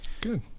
Good